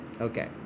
Okay